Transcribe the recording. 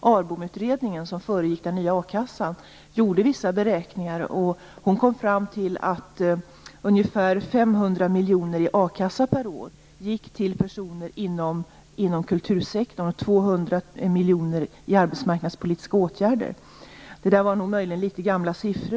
I ARBOM-utredningen, som föregick det nya akassesystemet, gjordes vissa beräkningar. Man kom fram till att ungefär 500 miljoner kronor i akasseersättning och 200 miljoner kronor i arbetsmarknadspolitiska åtgärder per år gick till personer inom kultursektorn.